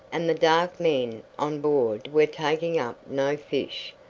and the dark men on board were taking up no fish,